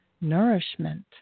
nourishment